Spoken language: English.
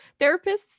therapists